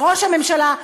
ראש הממשלה,